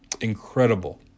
Incredible